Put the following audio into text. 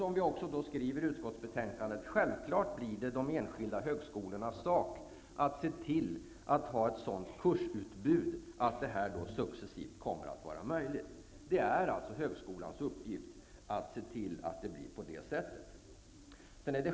Som vi skriver i utskottsbetänkandet blir det självfallet de enskilda högskolornas sak att se till att ha ett sådant kursutbud att detta succesivt kommer att vara möjligt. Det är alltså högskolans uppgift att se till att det blir på det sättet.